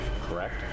correct